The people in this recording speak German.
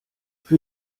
für